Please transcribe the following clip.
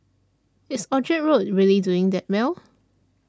is Orchard Road really doing that well